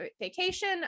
Vacation